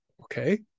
Okay